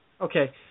Okay